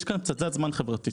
יש כאן פצצת זמן חברתית.